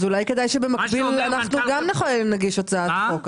אולי כדאי שבמקביל גם אנחנו נגיש הצעת חוק.